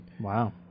Wow